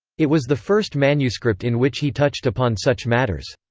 it was the first manuscript in which he touched upon such matters.